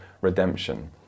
redemption